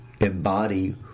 embody